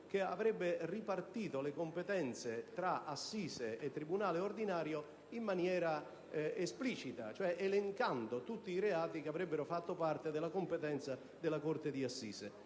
che avrebbe ripartito le competenze tra corte d'assise e tribunale ordinario in maniera esplicita, cioè elencando tutti i reati che avrebbero fatto parte delle competenze della corte d'assise